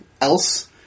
else